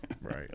right